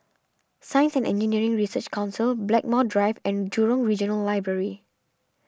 Science and Engineering Research Council Blackmore Drive and Jurong Regional Library